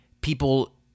people